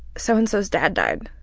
so-and-so's dad died.